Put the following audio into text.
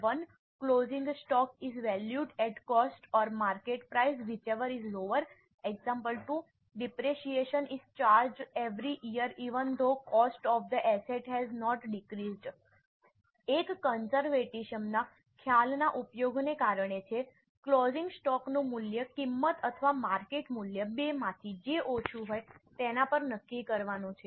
એક કંસર્વેટિસમ ના ખ્યાલના ઉપયોગને કારણે છે ક્લોઝિંગ સ્ટોક નું મૂલ્ય કિંમત અથવા માર્કેટ મૂલ્ય બેમાંથી જે ઓછું હોય તેના પર નક્કી કરવાનું છે